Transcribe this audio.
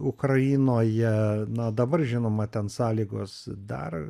ukrainoje na dabar žinoma ten sąlygos dar